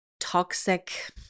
Toxic